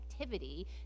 activity